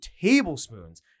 tablespoons